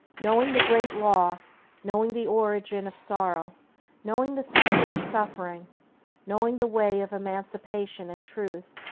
knowing the great law knowing the origin of sorrow knowing the secret of suffering knowing the way of emancipation in truth,